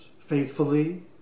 faithfully